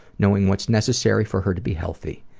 knowing what's necessary for her to be healthy.